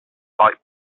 light